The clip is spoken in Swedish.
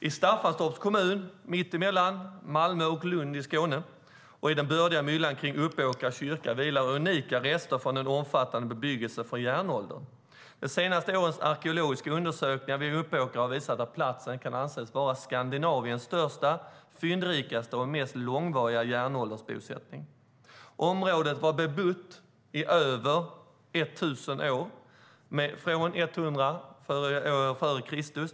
I Staffanstorps kommun, mitt emellan Malmö och Lund i Skåne, och i den bördiga myllan kring Uppåkra kyrka vilar unika rester från en omfattande bebyggelse från järnåldern. De senaste årens arkeologiska undersökningar vid Uppåkra har visat att platsen kan anses vara Skandinaviens största, fyndrikaste och mest långvariga järnåldersbosättning. Området var bebott i över tusen år, från år 100 f.Kr.